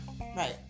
Right